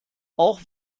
auch